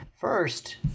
first